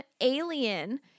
alien